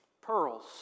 Pearls